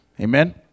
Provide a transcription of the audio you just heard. amen